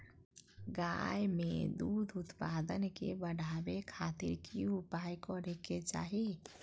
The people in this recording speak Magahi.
गाय में दूध उत्पादन के बढ़ावे खातिर की उपाय करें कि चाही?